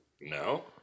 No